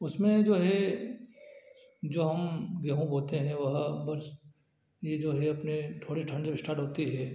उसमें जो है जो हम गेहूँ बोते हैं वह बस यह जो है अपने थोड़े ठण्ड जब स्टार्ट होती है